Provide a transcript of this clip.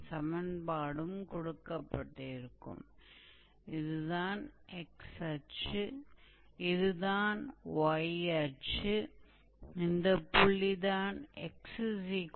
तो हम मूल रूप से आर्क की लंबाई की गणना कर रहे हैं